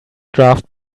draft